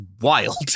wild